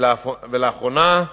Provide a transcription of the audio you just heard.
ולאחרונה,